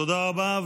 תודה רבה,